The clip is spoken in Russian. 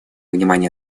внимания